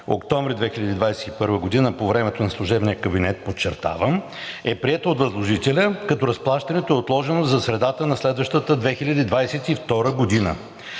октомври 2021 г., по времето на служебния кабинет – подчертавам – е приета от възложителя, като разплащането е отложено за средата на следващата – 2022 г.